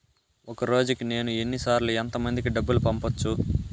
ఒక రోజుకి నేను ఎన్ని సార్లు ఎంత మందికి డబ్బులు పంపొచ్చు?